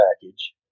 package